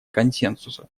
консенсуса